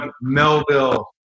Melville